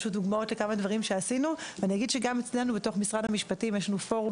גם אצלנו בתוך משרד המשפטים יש לנו פורום